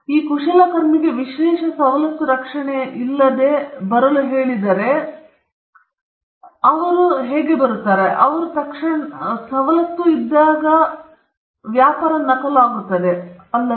ಈ ಕುಶಲಕರ್ಮಿಗೆ ವಿಶೇಷ ಸವಲತ್ತು ರಕ್ಷಣೆಯಿಲ್ಲದೆ ಬರಲು ಕೇಳಿದರೆ ಅವರು ಇಲ್ಲಿಗೆ ಬರುತ್ತಾರೆ ಮತ್ತು ತಕ್ಷಣವೇ ತಮ್ಮ ವ್ಯಾಪಾರ ನಕಲು ಮಾಡುತ್ತಾರೆ ಅಲ್ಲವೇ